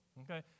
Okay